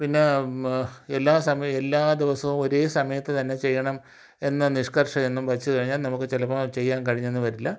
പിന്നെ എല്ലാ സമയം എല്ലാ ദിവസവും ഒരേ സമയത്ത് തന്നെ ചെയ്യണം എന്ന നിഷ്കർഷ ഒന്നും വച്ചു ഴിഞ്ഞാൽ നമുക്ക് ചിലപ്പോൾ ചെയ്യാൻ കഴിഞ്ഞെന്ന് വരില്ല